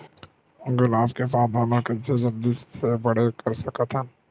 गुलाब के पौधा ल कइसे जल्दी से बड़े कर सकथन?